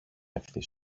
ευθύς